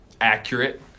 accurate